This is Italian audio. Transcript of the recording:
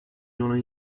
non